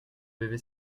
bébé